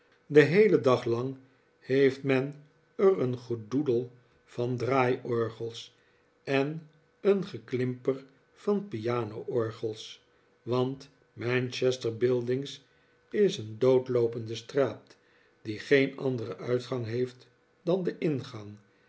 den heelen dag lang heeft men er een gedoedel van draaiorgels en een geklimper van piano orgels want manchester buildings is een doodloopende straat die geen anderen uitgang heeft dan den ingang